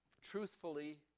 truthfully